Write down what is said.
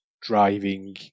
driving